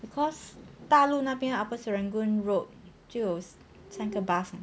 because 大路那边 upper serangoon road 就有三个 bus mah